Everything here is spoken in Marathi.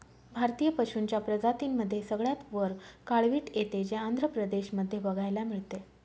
भारतीय पशूंच्या प्रजातींमध्ये सगळ्यात वर काळवीट येते, जे आंध्र प्रदेश मध्ये बघायला मिळते